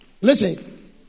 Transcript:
Listen